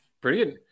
brilliant